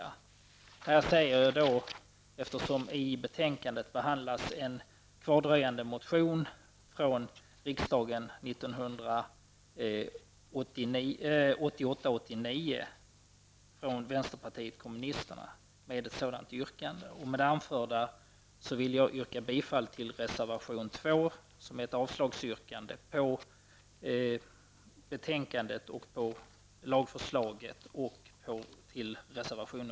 Det här säger jag därför att utskottet i betänkandet behandlar en kvardröjande motion från riksmötet Med det anförda vill jag yrka bifall till reservation